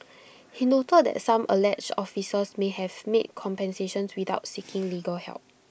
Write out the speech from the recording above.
he noted that some alleged officers may have made compensations without seeking legal help